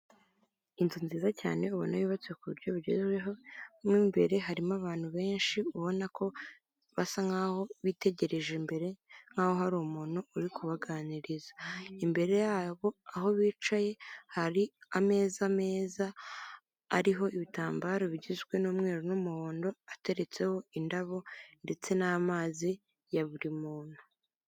Inzu nziza cyane ubona yubatse ku buryo bugezweho, mu imbere harimo abantu benshi ubona ko basa nkaho bitegereje imbere nkaho hari umuntu uri kubaganiriza, imbere yabo aho bicaye hari ameza meza ariho ibitambaro bigizwe n'umweru n'umuhondo ateretseho indabo ndetse n'amazi ya buri muntu.